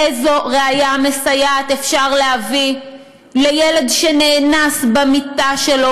איזו ראיה מסייעת אפשר להביא לילד שנאנס במיטה שלו,